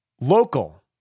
Local